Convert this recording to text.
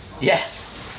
yes